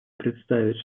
представить